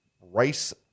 rice